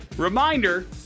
Reminder